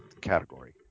category